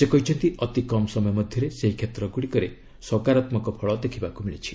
ସେ କହିଛନ୍ତି ଅତି କମ୍ ସମୟ ମଧ୍ୟରେ ସେହି କ୍ଷେତ୍ରଗୁଡ଼ିକରେ ସକାରାତ୍ମକ ଫଳ ଦେଖିବାକୁ ମିଳିଛି